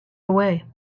away